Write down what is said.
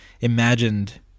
imagined